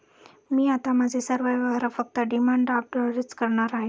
मी आता माझे सर्व व्यवहार फक्त डिमांड ड्राफ्टद्वारेच करणार आहे